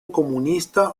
comunista